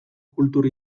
kultur